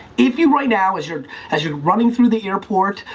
if you, right now, as you're as you're running through the airport,